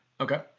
Okay